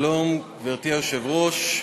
שלום, גברתי היושבת-ראש,